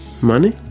Money